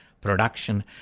production